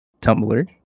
Tumblr